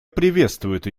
приветствует